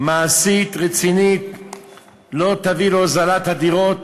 מעשית רצינית לא תביא להוזלת הדירות